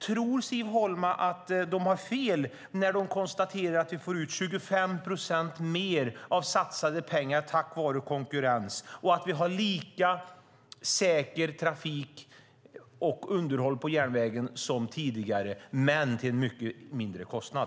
Tror Siv Holma att de har fel när de konstaterar att vi tack vare konkurrens får ut 25 procent mer av satsade pengar och att vi har lika säker trafik och lika säkert underhåll på järnvägen som tidigare men till en mycket lägre kostnad.